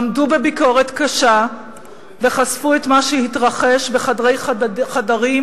עמדו בביקורת קשה וחשפו את מה שהתרחש בחדרי חדרים,